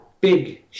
big